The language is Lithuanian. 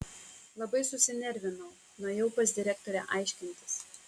labai susinervinau nuėjau pas direktorę aiškintis